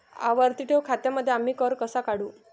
आवर्ती ठेव खात्यांमध्ये आम्ही कर कसा काढू?